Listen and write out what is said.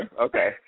Okay